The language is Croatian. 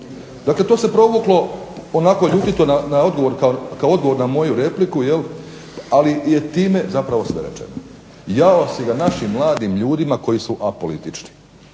To se provuklo onako ljutito kao odgovor na moju repliku, ali je time sve rečeno. Jao si ga našim mladim ljudima koji su apolitični,